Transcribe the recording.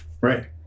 right